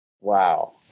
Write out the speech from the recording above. Wow